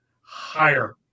Higher